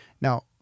Now